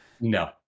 no